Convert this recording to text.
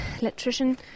electrician